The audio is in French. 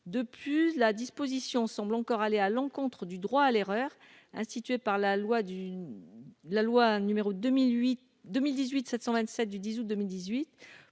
de plus, la disposition semble encore aller à l'encontre du droit à l'erreur, instituée par la loi d'une la loi numéro 2008 2018 727 du 10 août 2018